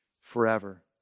forever